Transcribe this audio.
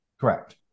Correct